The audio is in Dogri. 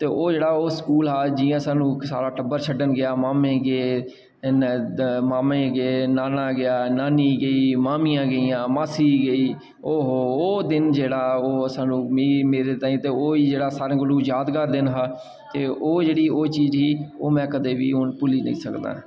ते ओह् जेह्ड़ा ओह् स्कूल हा जि'यां सान्नूं साढ़ा टब्बर छड्डन गेआ मामें गे मामें गे नाना गेआ नानी गेई मामियां गेइयां मासी गेई ओहो ओह् दिन हा ते ओह् दिन ते मेरे ताहीं कोई जेह्ड़ा सारें कोला यादगार दिन हा ते ओह् जेह्ड़ी ओह् चीज़ ही ओह् में कदें बी नेईं भुल्ली निं सकदा